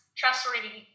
trustworthy